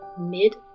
mid